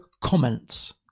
comments